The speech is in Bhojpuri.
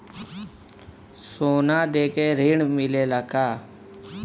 सोना देके ऋण मिलेला का?